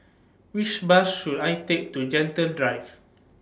Which Bus should I Take to Gentle Drive